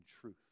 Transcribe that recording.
truth